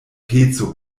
peco